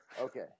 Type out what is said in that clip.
Okay